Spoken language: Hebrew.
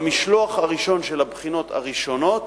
במשלוח הראשון של הבחינות הראשונות,